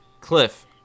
Cliff